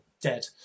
dead